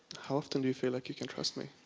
how often do you feel like you can trust me?